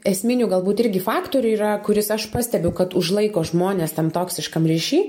esminių galbūt irgi faktorių yra kuris aš pastebiu kad užlaiko žmones tam toksiškam ryšy